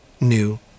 new